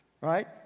Right